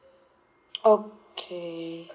okay